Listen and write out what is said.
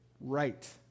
right